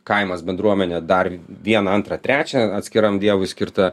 kaimas bendruomenė dar vieną antrą trečią atskiram dievui skirta